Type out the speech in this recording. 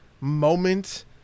moment